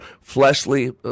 fleshly